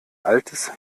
altes